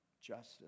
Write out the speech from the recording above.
justice